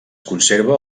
conserva